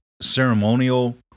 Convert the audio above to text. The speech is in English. ceremonial